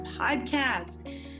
podcast